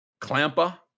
Clampa